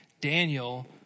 Daniel